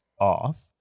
off